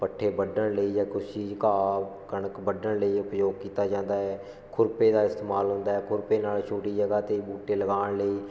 ਪੱਠੇ ਵੱਢਣ ਲਈ ਜਾਂ ਕੁਛ ਚੀਜ਼ ਘਾਹ ਕਣਕ ਵੱਢਣ ਲਈ ਉਪਯੋਗ ਕੀਤਾ ਜਾਂਦਾ ਹੈ ਖੁਰਪੇ ਦਾ ਇਸਤੇਮਾਲ ਹੁੰਦਾ ਹੈ ਖੁਰਪੇ ਨਾਲ ਛੋਟੀ ਜਗ੍ਹਾ 'ਤੇ ਬੂਟੇ ਲਗਾਉਣ ਲਈ